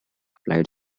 applied